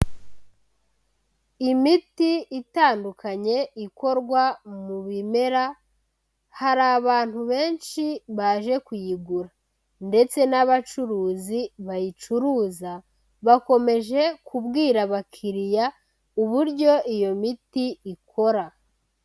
Imiti itandukanye ikorwa mu bimera, hari abantu benshi baje kuyigura ndetse n'abacuruzi bayicuruza bakomeje kubwira abakiriya uburyo iyo miti ikora.